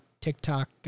TikTok